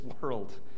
world